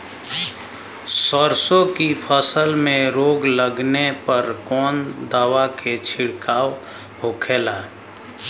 सरसों की फसल में रोग लगने पर कौन दवा के छिड़काव होखेला?